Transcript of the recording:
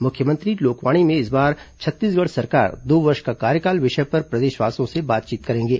मुख्यमंत्री लोकवाणी में इस बार छत्तीसगढ़ सरकार दो वर्ष का कार्यकाल विषय पर प्रदेशवासियों से बातचीत करेंगे